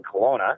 Kelowna